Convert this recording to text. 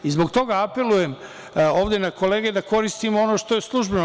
Zbog toga apelujem ovde na kolege da koristimo ono što je službeno.